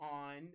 on